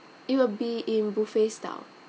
it will be in buffet style